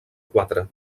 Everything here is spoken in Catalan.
quatre